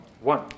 One